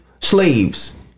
slaves